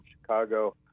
Chicago